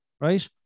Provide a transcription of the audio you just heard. right